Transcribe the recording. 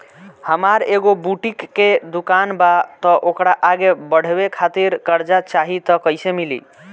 हमार एगो बुटीक के दुकानबा त ओकरा आगे बढ़वे खातिर कर्जा चाहि त कइसे मिली?